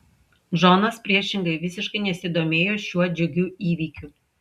džonas priešingai visiškai nesidomėjo šiuo džiugiu įvykiu